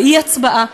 או האי-הצבעה,